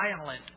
violent